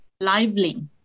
Lively